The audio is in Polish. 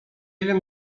wiem